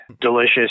Delicious